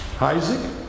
Isaac